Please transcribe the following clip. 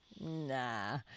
Nah